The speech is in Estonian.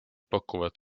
pakuvad